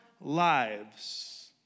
lives